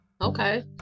Okay